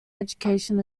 education